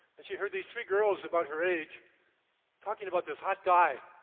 and she heard these three girls about her age talking about this hot guy.